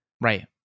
Right